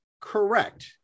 Correct